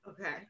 Okay